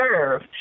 serve